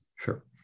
Sure